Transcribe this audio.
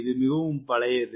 இது மிகவும் பழையது